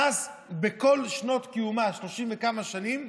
לש"ס, בכל שנות קיומה, 30 וכמה שנים,